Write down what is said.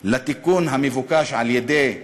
לתיקון המבוקש על-ידי הממשלה: